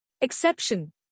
Exception